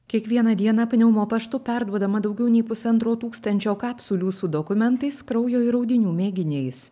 kiekvieną dieną pneumo paštu perduodama daugiau nei pusantro tūkstančio kapsulių su dokumentais kraujo ir audinių mėginiais